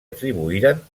atribuïren